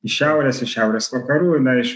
iš šiaurės iš šiaurės vakarų ir na iš